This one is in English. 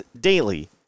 daily